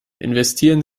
investieren